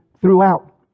throughout